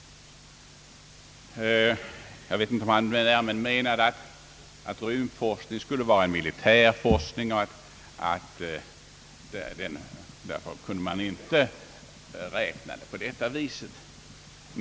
Jag vet inte om han därmed menade, att rymdforskningen skulle höra till det militära området och att man därför inte kunde jämföra siffrorna.